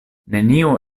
neniu